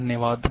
धन्यवाद